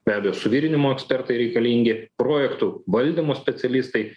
be abejo suvirinimo ekspertai reikalingi projektų valdymo specialistai